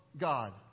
God